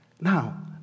Now